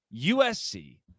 USC